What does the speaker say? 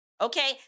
Okay